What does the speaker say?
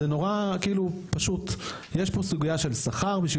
זה נורא פשוט: יש פה סוגייה של שכר בשביל